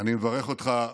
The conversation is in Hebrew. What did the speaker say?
אני מברך אותך,